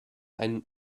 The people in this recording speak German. einen